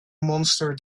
monster